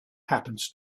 happens